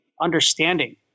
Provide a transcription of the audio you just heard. understanding